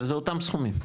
אבל זה אותם סכומים.